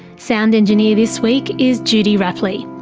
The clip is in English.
sound engineer this week is judy rapley,